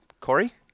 Corey